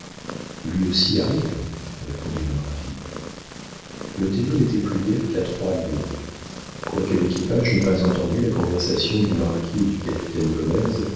lui aussi arrive répondit le marquis l'othello n'était plus guère qu'à trois lieues quoique l'équipage n'eût pas entendu la conversation du marquis et du capitaine gomez